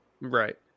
Right